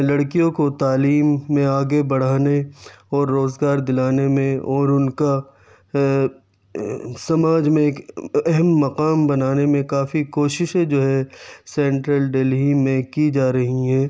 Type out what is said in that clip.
لڑکیوں کو تعلیم میں آگے بڑھانے اور روزگار دلانے میں اور ان کا سماج میں ایک اہم مقام بنانے میں کافی کوششیں جو ہے سینٹرل دہلی میں کی جا رہی ہیں